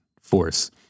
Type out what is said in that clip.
force